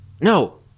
no